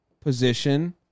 position